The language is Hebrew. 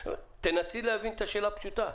תנסי להבין את השאלה הפשוטה.